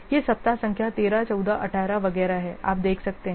ये सप्ताह संख्या 13 14 18 वगैरह हैं आप इसे देख सकते हैं